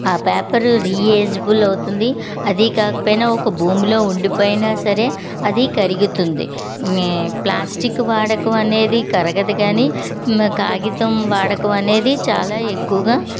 ఆ paper reusable అవుతుంది అదీ కాకపోయినా ఒక భూమిలో ఉండిపోయినా సరే అదీ కరుగుతుంది నీ ప్లాస్టిక్ వాడకం అనేది కరగదు కానీ నా కాగితం వాడకం అనేది చాలా ఎక్కువగా